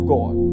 God